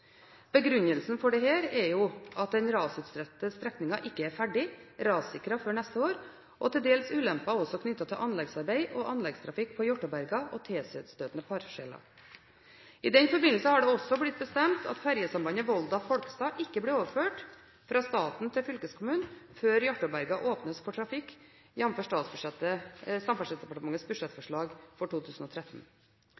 den rasutsatte strekningen ikke er ferdig rassikret før neste år, og til dels ulemper knyttet til anleggsarbeid og anleggstrafikk på Hjartåberga og tilstøtende parseller. I den forbindelse har det også blitt bestemt at ferjesambandet Volda–Folkestad ikke blir overført fra staten til fylkeskommunen før Hjartåberga åpnes for trafikk, jf. Samferdselsdepartementets